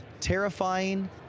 Terrifying